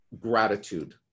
gratitude